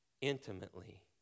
intimately